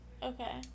Okay